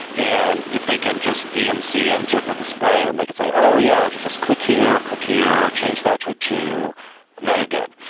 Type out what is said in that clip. and if they can just vnc into the display and they could say, oh, yeah. just just click here. click here. change that to a two now you're good.